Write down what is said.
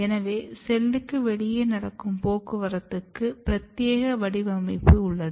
எனவே செல்லுக்கு வெளியே நடக்கும் போக்குவரத்துக்கு பிரத்யேக வடிவமைப்பு உள்ளது